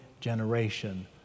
generation